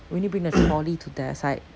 we need to bring the trolley to the other side